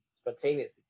spontaneously